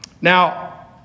Now